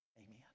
Amen